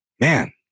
man